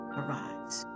arrives